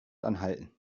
anhalten